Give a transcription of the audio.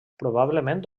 probablement